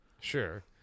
Sure